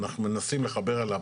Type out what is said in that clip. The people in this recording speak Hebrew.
אנחנו מנסים לחבר אליו